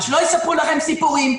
ושלא יספרו לכם סיפורים.